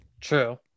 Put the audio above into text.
true